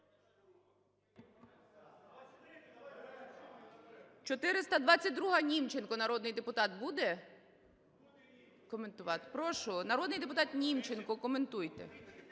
422-а, Німченко, народний депутат буде коментувати? Прошу, народний депутат Німченко, коментуйте.